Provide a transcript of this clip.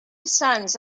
sons